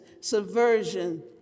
subversion